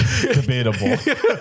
debatable